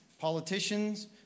politicians